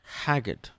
Haggard